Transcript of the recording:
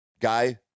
guy